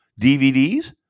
DVDs